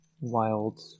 wild